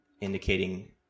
indicating